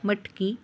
मटकी